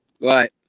Right